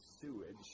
sewage